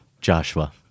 Joshua